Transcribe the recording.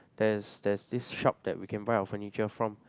there is there's this shop that we can buy our furniture from